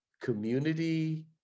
community